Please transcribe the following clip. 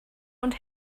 und